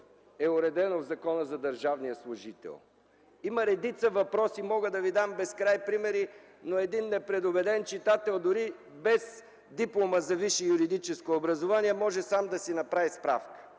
е уредено в Закона за държавния служител. Има редица въпроси, мога да ви дам безкрай примери – един непредубеден читател, дори без диплома за висше юридическо образование, може сам да си направи справка.